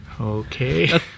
okay